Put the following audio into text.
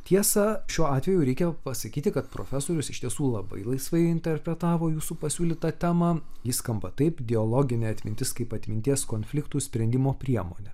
tiesa šiuo atveju reikia pasakyti kad profesorius iš tiesų labai laisvai interpretavo jūsų pasiūlytą temą ji skamba taip dialoginė atmintis kaip atminties konfliktų sprendimo priemonė